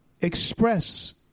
express